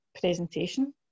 presentation